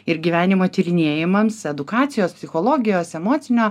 ir gyvenimo tyrinėjimams edukacijos psichologijos emocinio